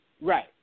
Right